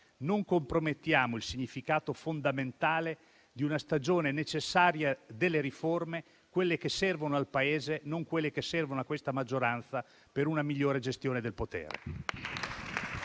Non compromettiamo il significato fondamentale di una stagione necessaria delle riforme, quelle che servono al Paese, non quelle che servono a questa maggioranza per una migliore gestione del potere.